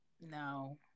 No